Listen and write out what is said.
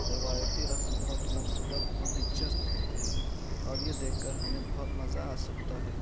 روایتی رقص بہت خوبصورت اور دلچسپ ہوتے ہیں اور یہ دیکھ کر ہمیں بہت مزہ آ سکتا ہے